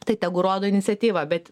tai tegu rodo iniciatyvą bet